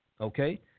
Okay